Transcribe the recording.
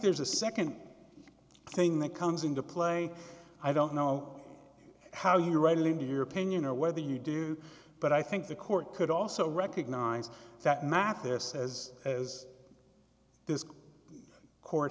there's a nd thing that comes into play i don't know how you write in your opinion or whether you do but i think the court could also recognize that mathis as as this court